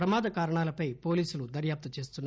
ప్రమాద కారణాలపై పోలీసులు దర్యాప్తు చేస్తున్నారు